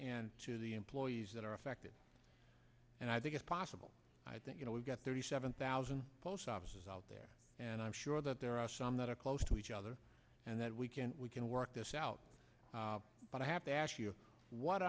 and to the employees that are affected and i think it's possible i think you know we've got thirty seven thousand post offices out there and i'm sure that there are some that are close to each other and that we can we can work this out but i have to ask you what